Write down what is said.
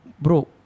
bro